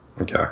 Okay